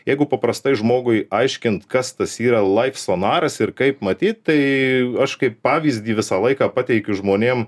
jeigu paprastai žmogui aiškint kas tas yra laif sonaras ir kaip matyt tai aš kaip pavyzdį visą laiką pateikiu žmonėm